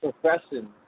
profession